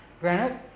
Granite